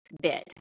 bid